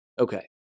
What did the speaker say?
Okay